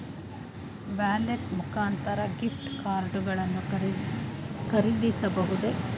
Wallet ಮುಖಾಂತರ gift card ಗಳನ್ನು ಖರೀದಿಸಬಹುದೇ?